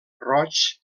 roig